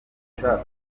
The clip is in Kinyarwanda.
ushaka